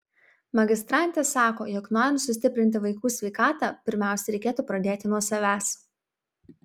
magistrantė sako jog norint sustiprinti vaikų sveikatą pirmiausia reikėtų pradėti nuo savęs